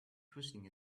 twisting